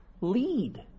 lead